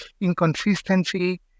inconsistency